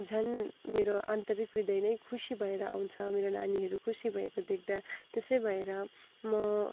झन् मेरो आन्तरिक हृदय नै खुसी भएर आउँछ मेरो नानीहरू खुसी भएको देख्दा त्यसै भएर म